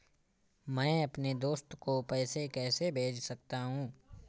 मैं अपने दोस्त को पैसे कैसे भेज सकता हूँ?